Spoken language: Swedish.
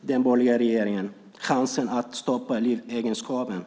den borgerliga regeringen chansen att stoppa livegenskapen.